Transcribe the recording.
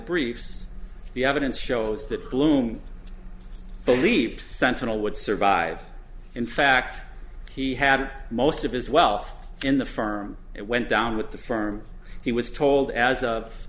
briefs the evidence shows that bloom believed sentinel would survive in fact he had most of his wealth in the firm it went down with the firm he was told as of